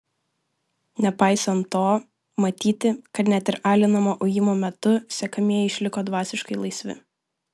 nepaisant to matyti kad net ir alinamo ujimo metu sekamieji išliko dvasiškai laisvi